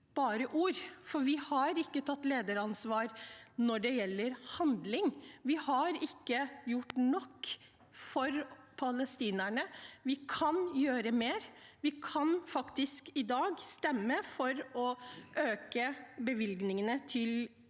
og ord, for vi har ikke tatt lederansvar når det gjelder handling. Vi har ikke gjort nok for palestinerne. Vi kan gjøre mer. Vi kan i dag stemme for å øke bevilgningene til UNWRA.